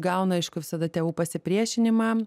gauna aišku visada tėvų pasipriešinimą